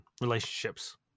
relationships